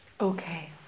Okay